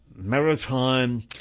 maritime